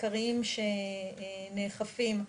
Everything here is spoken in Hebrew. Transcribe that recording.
העיקריים שנאכפים,